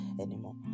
anymore